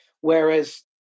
whereas